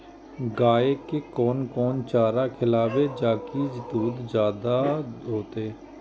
गाय के कोन कोन चारा खिलाबे जा की दूध जादे होते?